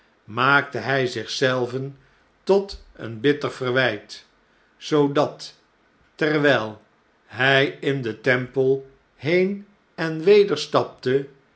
maakte hjj zich zelven tot een bitter verwijt zoodat terwn'l hn in de temple heen en weder stapte